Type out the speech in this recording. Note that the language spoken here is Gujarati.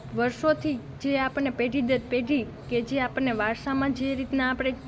વર્ષોથી જે આપણને પેઢી દર પેઢી કે જે આપણને વારસામાં જે રીતના આપણે